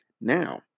Now